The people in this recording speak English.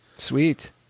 Sweet